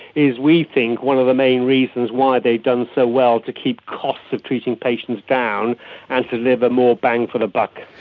is we think one of the main reasons why they've done so well to keep costs of treating patients down and to deliver but more bang for the buck.